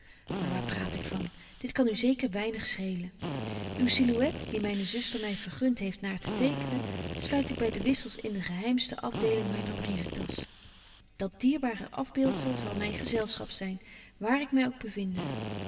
maar waar praat ik van dit kan u zeker weinig schelen uw silouette die myne zuster my vergunt heeft naar te tekenen sluit ik by de wissels in de geheimste afdeling myner brieventas dat dierbaar afbeeldzel zal myn gezelschap zyn waar ik my ook